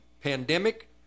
pandemic